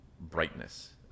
brightness